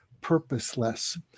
purposeless